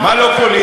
מה לא פוליטי?